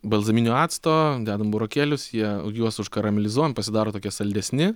balzaminio acto dedam burokėlius jie juos užkaramelizouojam pasidaro tokie saldesni